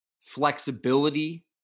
flexibility